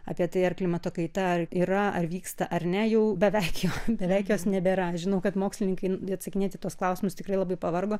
apie tai ar klimato kaita yra ar vyksta ar ne jau beveik jau beveik jos nebėra žinau kad mokslininkai atsakinėti į tuos klausimus tikrai labai pavargo